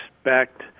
expect